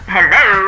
Hello